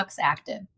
Active